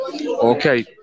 Okay